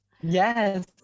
Yes